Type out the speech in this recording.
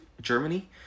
Germany